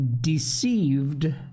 deceived